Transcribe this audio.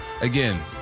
again